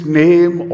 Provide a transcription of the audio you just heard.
name